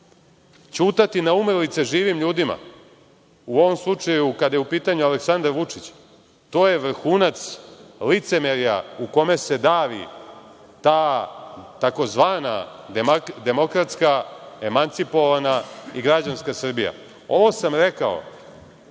ćutati na umrlice živim ljudima, u ovom slučaju kada je u pitanju Aleksandar Vučić, to je vrhunac licemerja u kome se davi ta tzv. demokratska, emancipovana i građanska Srbija. Ovo sam rekao